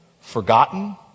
forgotten